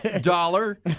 dollar